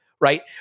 right